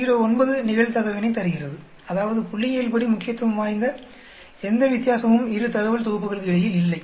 09 நிகல்தகவினைத் தருகிறது அதாவது புள்ளியியல்படி முக்கியத்துவம் வாய்ந்த எந்த வித்தியாசமும் இரு தகவல் தொகுப்புகளுக்கு இடையில் இல்லை